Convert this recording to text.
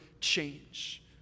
change